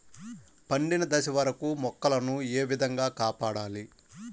పండిన దశ వరకు మొక్కల ను ఏ విధంగా కాపాడాలి?